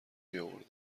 میاوردم